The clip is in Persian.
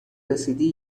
رسیدی